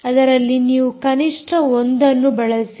ಅದರಲ್ಲಿ ನೀವು ಕನಿಷ್ಠ 1 ಅನ್ನು ಬಳಸಿ